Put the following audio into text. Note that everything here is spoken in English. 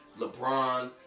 LeBron